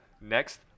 next